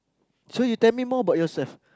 so you tell me more about yourself